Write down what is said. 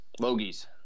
Logies